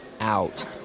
out